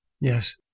Yes